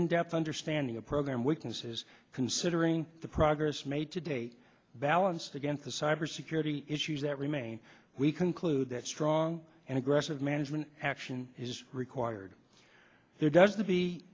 in depth understanding of program weaknesses considering the progress made to date balanced against the cyber security issues that remain we conclude that strong and aggressive management action is required there does the